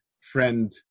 friend